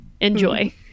enjoy